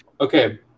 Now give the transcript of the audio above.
Okay